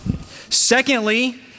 Secondly